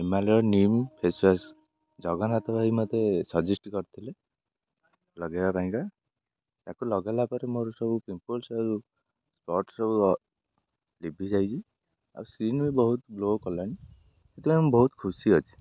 Himalaya neem face wash Jagannath ଭାଇ ମୋତେ suggest କରିଥିଲେ ଲଗେଇବା ପାଇଁକା ତାକୁ ଲଗେଇଲା ପରେ ମୋର ସବୁ ପିମ୍ପଲ୍ ଆଉ ସ୍ପଟ୍ ସବୁ ଲିଭି ଯାଇଛି ଆଉ ସ୍କିନ୍ ବି ବହୁତ ଗ୍ଲୋ କଲାଣି ସେଥିପାଇଁ ମୁଁ ବହୁତ ଖୁସି ଅଛି